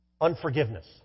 Unforgiveness